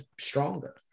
stronger